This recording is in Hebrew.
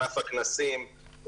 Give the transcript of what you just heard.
ענף הכנסים,